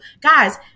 Guys